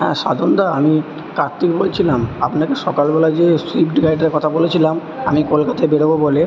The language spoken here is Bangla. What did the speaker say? হ্যাঁ সাধনদা আমি কার্তিক বলছিলাম আপনাকে সকালবেলায যে সুইফট গাড়িটার কথা বলেছিলাম আমি কলকাতায় বেরোবো বলে